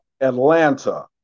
Atlanta